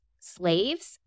slaves